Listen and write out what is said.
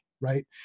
right